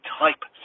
type